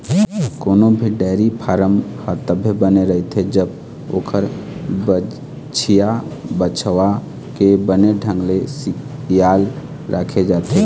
कोनो भी dairy farm ह तभे बने रहिथे जब ओखर बछिया, बछवा के बने ढंग ले खियाल राखे जाथे